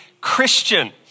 Christian